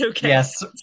Yes